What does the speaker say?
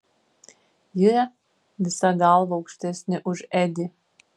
jie visa galva aukštesni už edį